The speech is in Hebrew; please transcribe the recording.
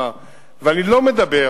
ואני לא מדבר